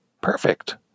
perfect